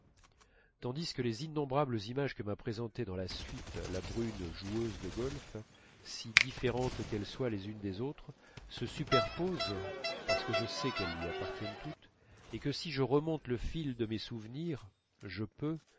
tandis que les innombrables images que m'a présentées dans la suite la brune joueuse de golf si différentes qu'elles soient les unes des autres se superposent parce que je sais qu'elles lui appartiennent toutes et que si je remonte le fil de mes souvenirs je peux